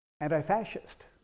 anti-fascist